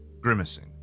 grimacing